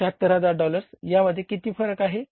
76000 डॉलर्सयामध्ये कितीचा फरक आहे